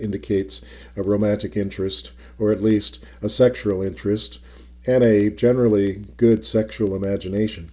indicates a romantic interest or at least a sexual interest and a generally good sexual imagination